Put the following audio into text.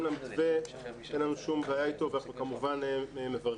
למתווה אין לנו שום בעיה אתו ואנחנו כמובן מברכים.